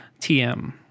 tm